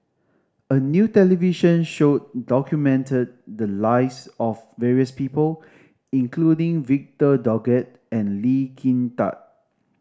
a new television show documented the lives of various people including Victor Doggett and Lee Kin Tat